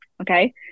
Okay